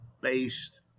Based